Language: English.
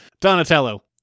donatello